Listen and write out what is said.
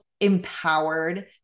empowered